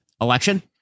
election